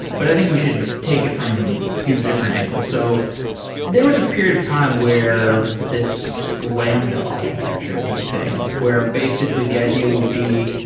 but i think we should take it from a few different angles. so there was a period of time where this lambda architecture was a thing, where basically the idea would be,